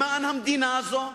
למען המדינה הזאת,